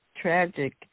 tragic